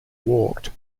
walked